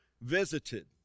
visited